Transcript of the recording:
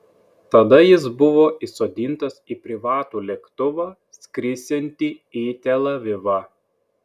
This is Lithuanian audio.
tada jis buvo įsodintas į privatų lėktuvą skrisiantį į tel avivą